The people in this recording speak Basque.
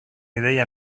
ideia